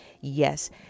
Yes